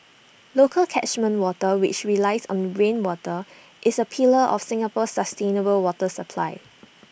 local catchment water which relies on rainwater is A pillar of Singapore's sustainable water supply